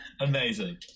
amazing